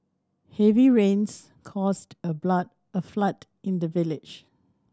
heavy rains caused a blood a flood in the village